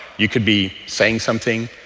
you could be saying something,